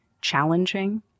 challenging